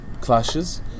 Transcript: clashes